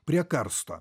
prie karsto